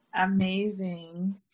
amazing